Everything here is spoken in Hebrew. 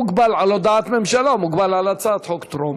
בהודעת ממשלה, הוא מוגבל בהצעת חוק טרומית.